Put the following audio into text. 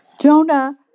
Jonah